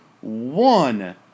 One